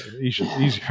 easy